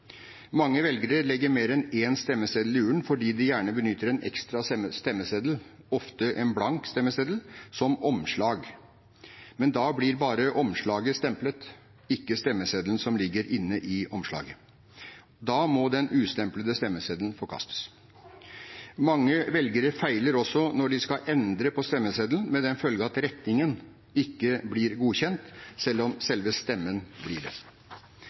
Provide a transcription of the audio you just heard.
Mange velgere legger mer enn én stemmeseddel i urnen fordi de gjerne benytter en ekstra stemmeseddel, ofte en blank stemmeseddel, som omslag. Men da blir bare omslaget stemplet, ikke stemmeseddelen som ligger inne i omslaget. Da må den ustemplede stemmeseddelen forkastes. Mange velgere feiler også når de skal endre på stemmeseddelen, med den følge at rettingen ikke blir godkjent selv om selve stemmen blir det.